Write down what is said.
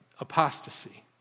apostasy